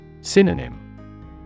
Synonym